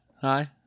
Hi